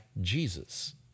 Jesus